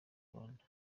rwanda